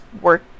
work